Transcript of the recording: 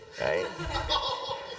right